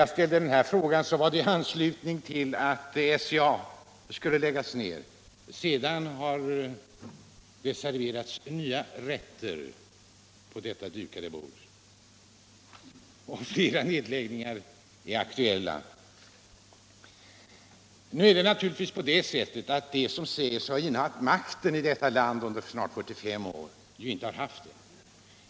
Jag ställde den frågan i anslutning till beskedet om att SCA:s sulfitfabrik i Kramfors skulle läggas ner. Sedan har det serverats nya rätter på detta dukade bord, och flera nedläggningar är aktuella. Emellertid är det naturligtvis på det sättet att de som säges ha innehaft makten i detta land under snart 45 år ju inte har innehaft den.